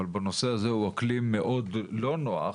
אבל בנושא הזה הוא אקלים מאוד לא נוח,